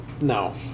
no